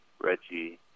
Reggie